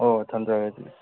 ꯑꯣ ꯊꯝꯖꯔꯦ ꯑꯗꯨꯗꯤ